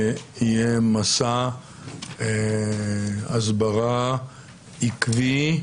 שיהיה מסע הסברה עקבי,